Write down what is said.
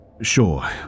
Sure